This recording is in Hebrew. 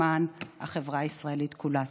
למען החברה הישראלית כולה.